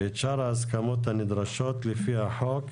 ואת שאר ההסכמות הנדרשות לפי החוק: